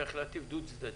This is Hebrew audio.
צריך להטיף דו-צדדי.